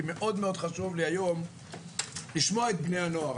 מאוד חשוב לי היום לשמוע את בני הנוער.